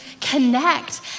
connect